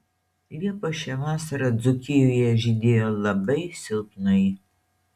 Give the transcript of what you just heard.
liepos šią vasarą dzūkijoje žydėjo labai silpnai